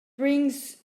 brings